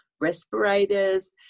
respirators